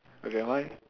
okay mine